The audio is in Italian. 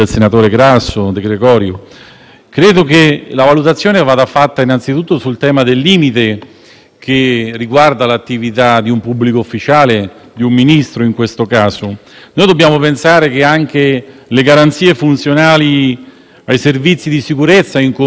che riguarda l'attività di un pubblico ufficiale, di un Ministro in questo caso. Noi dobbiamo pensare che anche le garanzie funzionali ai servizi di sicurezza incontrano dei limiti, il limite assoluto del divieto di reati contro la persona nello specifico